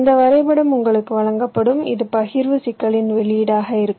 இந்த வரைபடம் உங்களுக்கு வழங்கப்படும் இது பகிர்வு சிக்கலின் வெளியீடாக இருக்கும்